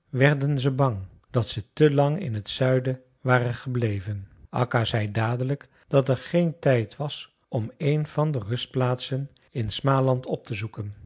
werden ze bang dat ze te lang in het zuiden waren gebleven akka zei dadelijk dat er geen tijd was om een van de rustplaatsen in smaland op te zoeken